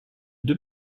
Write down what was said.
deux